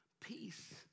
Peace